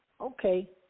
okay